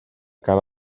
cara